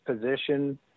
position